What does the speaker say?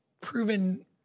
proven